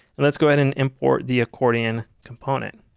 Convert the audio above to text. and let's go ahead and import the accordion component